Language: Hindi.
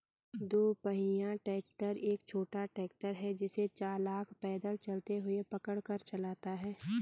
दो पहिया ट्रैक्टर एक छोटा ट्रैक्टर है जिसे चालक पैदल चलते हुए पकड़ कर चलाता है